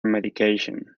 medication